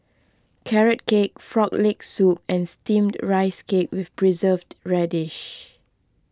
Carrot Cake Frog Leg Soup and Steamed Rice Cake with Preserved Radish